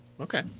Okay